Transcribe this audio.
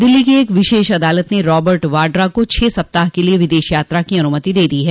दिल्ली की एक अदालत ने रॉबर्ट वाड्रा को छह सप्ताह क लिए विदेश यात्रा की अनुमति दे दी है